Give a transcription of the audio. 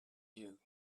you